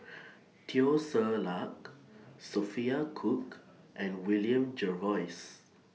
Teo Ser Luck Sophia Cooke and William Jervois